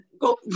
Go